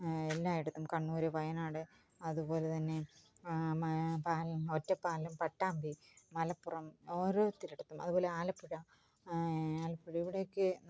എല്ലായിടത്തും കണ്ണൂർ വയനാട് അതുപോലെത്തന്നെ പാലം ഒറ്റപ്പാലം പട്ടാമ്പി മലപ്പുറം ഓരൊരുത്തരുടെ അടുത്തും അതുപോലെ ആലപ്പുഴ ആലപ്പുഴ ഇവിടെയൊക്കെ